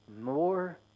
more